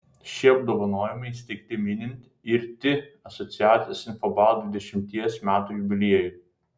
šie apdovanojimai įsteigti minint irti asociacijos infobalt dvidešimties metų jubiliejų